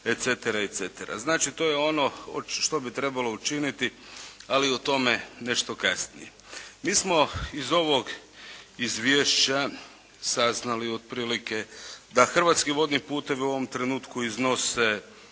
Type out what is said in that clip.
Znači to je ono što bi trebalo učiniti, ali o tome nešto kasnije. Mi smo iz ovog izvješća saznali otprilike da hrvatski vodni putevi u ovom trenutku iznose